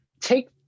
take